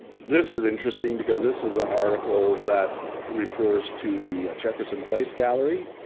this is interesting because this is an article that refers to the jefferson place gallery,